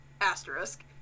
asterisk